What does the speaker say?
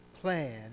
plan